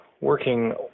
working